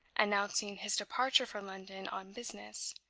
announcing his departure for london on business,